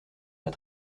pas